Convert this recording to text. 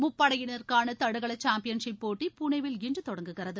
முப்படையினருக்கான தடகள championship போட்டி புனேவில் இன்று தொடங்குகிறது